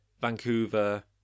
Vancouver